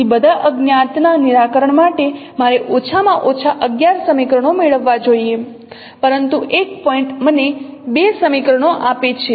તેથી બધા અજ્ઞાત ના નિરાકરણ માટે મારે ઓછામાં ઓછા 11 સમીકરણો મેળવવા જોઈએ પરંતુ 1 પોઇન્ટ મને 2 સમીકરણો આપે છે